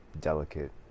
delicate